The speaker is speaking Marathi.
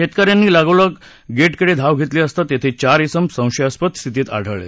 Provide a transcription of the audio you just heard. शेतक यांनी लगोलग गेटकडे धाव घेतली असता तेथे चार अम संशयास्पद स्थितीत आढळले